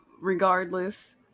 regardless